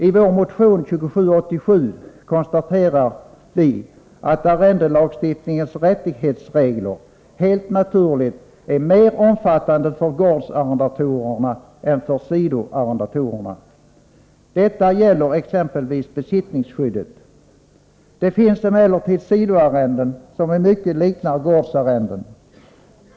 I vår motion 2787 konstaterar vi, att arrendelagstiftningens rättighetsregler helt naturligt är mer omfattande för gårdsarrendatorer än för sidoarrendatorer. Detta gäller exempelvis besittningsskyddet. Det finns emellertid sidoarrenden som i mycket liknar gårdsarrenden.